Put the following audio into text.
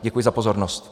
Děkuji za pozornost.